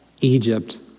Egypt